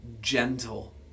gentle